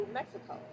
mexico